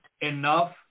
enough